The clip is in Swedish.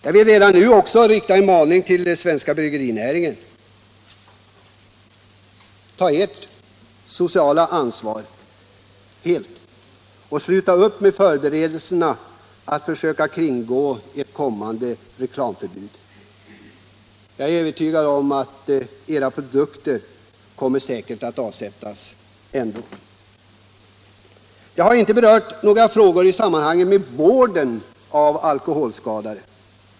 Jag vill dock redan nu rikta en maning till den svenska bryggerinäringen. Ta ert sociala ansvar och sluta upp med förberedelserna för att kringgå ett kommande reklamförbud! Jag är övertygad om att era produkter kommer att omsättas andå. Jag har inte berört några frågor som sammanhänger med vården av de alkoholskadade.